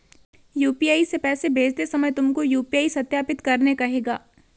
UPI से पैसे भेजते समय तुमको यू.पी.आई सत्यापित करने कहेगा